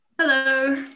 hello